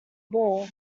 ball